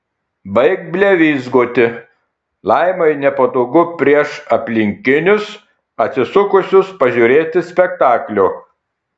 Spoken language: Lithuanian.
baik blevyzgoti laimai nepatogu prieš aplinkinius atsisukusius pažiūrėti spektaklio